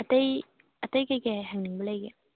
ꯑꯇꯩ ꯑꯇꯩ ꯀꯩ ꯀꯩ ꯍꯪꯅꯤꯡꯕ ꯂꯩꯒꯦ